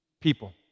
People